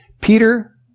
Peter